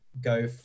go